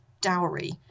dowry